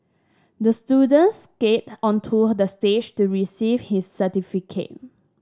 the student skated onto the stage to receive his certificate